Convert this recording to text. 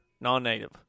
non-native